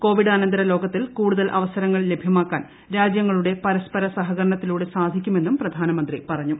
കോവിഡാനന്തര ലോകത്തിൽ കൂടുതൽ അവസരങ്ങൾ ലഭ്യമാക്കാൻ രാജൃങ്ങളുടെ പരസ്പര സഹകരണത്തിലൂടെ സാധിക്കുമെന്നും പ്രധാനമന്ത്രി പറഞ്ഞു